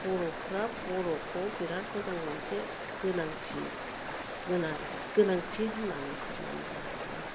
बर'फोरा बर'खौ बिराद मोजां मोनसे गोनांथि गोनांथि होननानै साननानै लानांगौ आरो